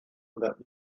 that